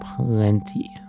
plenty